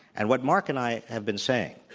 and what mark and i have been saying,